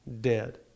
dead